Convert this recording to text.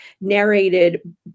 narrated